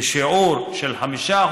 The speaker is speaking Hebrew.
בשיעור של 5%,